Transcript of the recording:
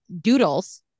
doodles